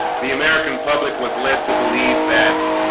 the american public was led to believe that